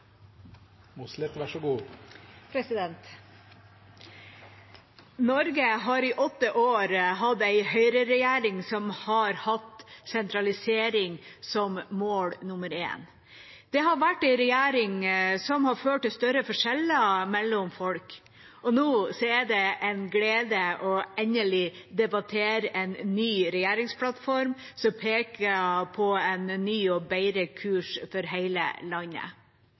Norge har i åtte år hatt ei høyreregjering som har hatt sentralisering som mål nummer én. Det har vært ei regjering som har ført til større forskjeller mellom folk, og nå er det en glede endelig å debattere en ny regjeringsplattform, som peker på en ny og bedre kurs for hele landet.